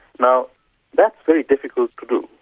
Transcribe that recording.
now that's very difficult to do.